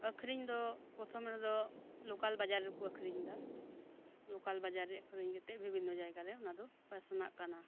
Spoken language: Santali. ᱟᱹᱠᱷᱨᱤᱧ ᱫᱚ ᱯᱚᱨᱛᱷᱚᱢ ᱨᱮᱫᱚ ᱞᱚᱠᱟᱞ ᱵᱟᱡᱟᱨ ᱨᱮᱠᱚ ᱟᱹᱠᱷᱨᱤᱧᱮᱫᱟ ᱞᱚᱠᱟᱞ ᱵᱟᱡᱟᱨ ᱨᱮ ᱟᱹᱠᱷᱨᱤᱧ ᱠᱟᱛᱮᱫ ᱵᱤᱵᱷᱤᱱᱚ ᱡᱟᱭᱜᱟᱨᱮ ᱚᱱᱟᱫᱚ ᱯᱟᱥᱱᱟᱜ ᱠᱟᱱᱟ